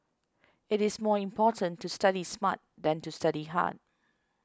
it is more important to study smart than to study hard